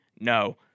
No